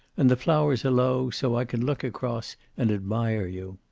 and the flowers are low, so i can look across and admire you.